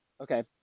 Okay